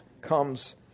comes